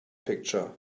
picture